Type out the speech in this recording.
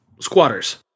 squatters